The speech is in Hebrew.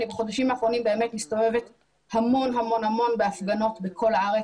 בחודשים האחרונים אני באמת מסתובבת המון בהפגנות בכל הארץ.